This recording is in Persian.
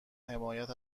حمایت